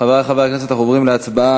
חברי חברי הכנסת, אנחנו עוברים להצבעה.